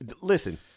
listen